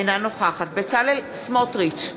אינה נוכחת בצלאל סמוטריץ,